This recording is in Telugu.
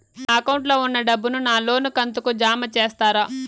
నా అకౌంట్ లో ఉన్న డబ్బును నా లోను కంతు కు జామ చేస్తారా?